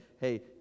hey